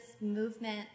movement